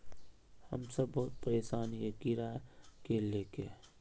हम सब बहुत परेशान हिये कीड़ा के ले के?